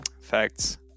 Facts